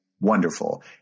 Wonderful